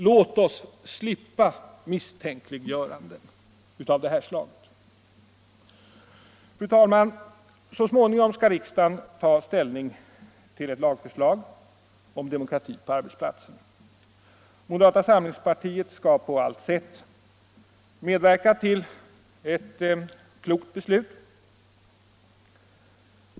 Låt oss slippa misstänkliggöranden av detta slag! Fru talman! Så småningom skall riksdagen ta ställning till ett lagförslag om demokrati på arbetsplatsen. Moderata samlingspartiet skall på allt sätt medverka till ett klokt beslut.